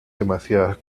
demasiadas